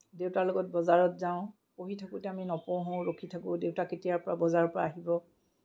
দেউতাৰ লগত বজাৰত যাওঁ পঢ়ি থাকোঁতে আমি নপঢ়োঁ ৰখি থাকোঁ দেউতা কেতিয়া বজাৰৰ পৰা আহিব